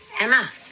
Emma